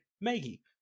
Maggie